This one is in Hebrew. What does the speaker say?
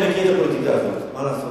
אני מכיר את הפוליטיקה הזאת, מה לעשות.